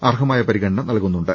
അർഹമായ പരിഗണന നല്കുന്നുണ്ട്